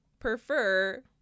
prefer